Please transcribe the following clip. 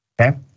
okay